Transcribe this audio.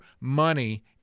money